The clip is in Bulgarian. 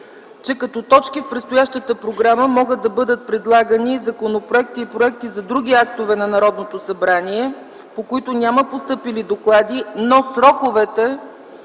че като точки в предстоящата програма могат да бъдат предлагани законопроекти и проекти за други актове на Народното събрание, по които няма постъпили доклади, но сроковете